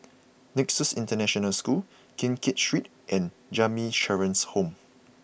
Nexus International School Keng Kiat Street and Jamiyah Children's Home